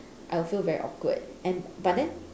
I will feel very awkward and but then